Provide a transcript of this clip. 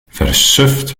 versuft